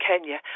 Kenya